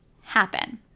happen